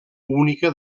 única